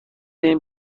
این